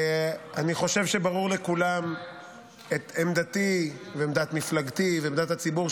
אני חושב שברורות לכולם עמדתי ועמדת מפלגתי ועמדת הציבור,